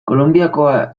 kolonbiakoa